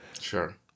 Sure